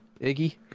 Iggy